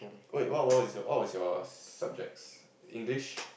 wait what was your what was your subjects English